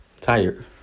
Tired